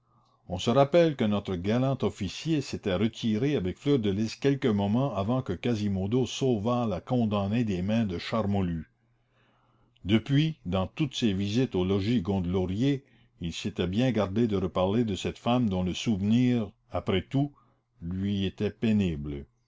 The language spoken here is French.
on se rappelle que notre galant officier s'était retiré avec fleur de lys quelques moments avant que quasimodo sauvât la condamnée des mains de charmolue depuis dans toutes ses visites au logis gondelaurier il s'était bien gardé de reparler de cette femme dont le souvenir après tout lui était pénible